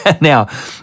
Now